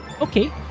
Okay